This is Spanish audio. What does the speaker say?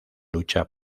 lucha